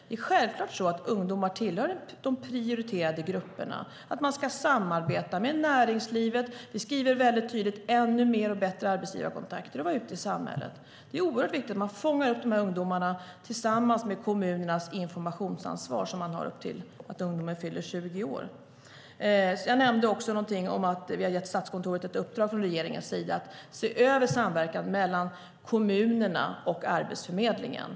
Ungdomar tillhör självfallet de prioriterade grupperna. Man ska samarbeta med näringslivet. Vi skriver väldigt tydligt att det ska vara ännu mer och bättre arbetsgivarkontakter och att man ska vara ute i samhället. Det är oerhört viktigt att man fångar upp de här ungdomarna, och kommunerna har informationsansvar upp till dess att ungdomarna fyller 20 år. Jag nämnde också någonting om att regeringen har gett Statskontoret ett uppdrag att se över samverkan mellan kommunerna och Arbetsförmedlingen.